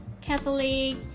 Catholic